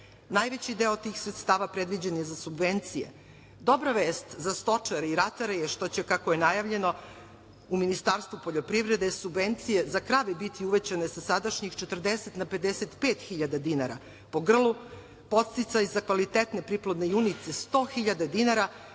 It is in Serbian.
Najveći deo tih sredstava predviđen je za subvencije. Dobra vest za stočare i ratare je što će, kako je najavljeno u Ministarstvu poljoprivrede, subvencije za krave biti uvećane sa sadašnjih 40 na 55 hiljada dinara po grlu, podsticaj za kvalitetne priplodne junice 100 hiljada dinara,